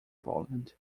poland